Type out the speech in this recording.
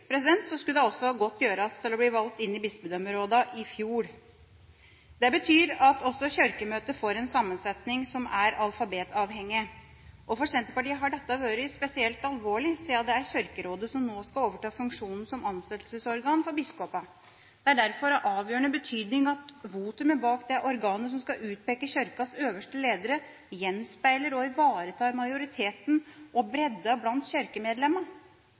skulle det altså godt gjøres å bli valgt inn i bispedømmerådet i fjor. Det betyr at også Kirkemøtet får en sammensetning som er alfabetavhengig. For Senterpartiet har dette vært spesielt alvorlig, siden det er Kirkerådet som nå skal overta funksjonen som ansettelsesorgan for biskoper. Det er derfor av avgjørende betydning at votumet bak det organet som skal utpeke Kirkens øverste ledere, gjenspeiler og ivaretar majoriteten og bredden blant